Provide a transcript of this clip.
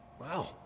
Wow